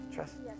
Trust